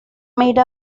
made